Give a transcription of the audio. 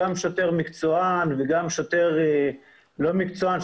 גם שוטר מקצוען וגם שוטר לא מקצוען,